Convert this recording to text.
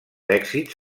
èxits